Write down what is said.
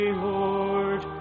Lord